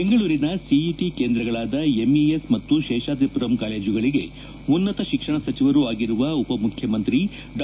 ಬೆಂಗಳೂರಿನ ಸಿಇಟಿ ಕೇಂದ್ರಗಳಾದ ಎಂಇಎಸ್ ಮತ್ತು ಶೇಷಾದ್ರಿಪುರಂ ಕಾಲೇಜುಗಳಿಗೆ ಉನ್ನತ ಶಿಕ್ಷಣ ಸಚಿವರು ಆಗಿರುವ ಉಪ ಮುಖ್ಯಮಂತ್ರಿ ಡಾ